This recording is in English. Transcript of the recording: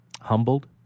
humbled